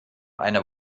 eine